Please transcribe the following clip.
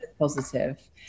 positive